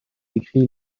décrit